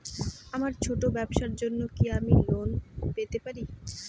আমার ছোট্ট ব্যাবসার জন্য কি আমি লোন পেতে পারি?